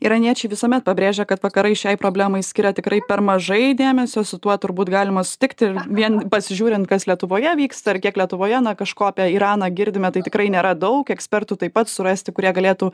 iraniečiai visuomet pabrėžia kad vakarai šiai problemai skiria tikrai per mažai dėmesio su tuo turbūt galima sutikti vien pasižiūrint kas lietuvoje vyksta ir kiek lietuvoje na kažko apie iraną girdime tai tikrai nėra daug ekspertų taip pat surasti kurie galėtų